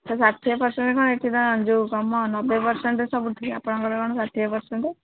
sir ଷାଠିଏ percent କ'ଣ ଏଇଠି ବା ଯେଉଁ କ'ଣ ମ ନବେ ପର୍ସେଣ୍ଟ୍ ସବୁଠି ଆପଣଙ୍କର କ'ଣ ଷାଠିଏ ପର୍ସେଣ୍ଟ୍